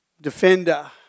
Defender